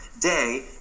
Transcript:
day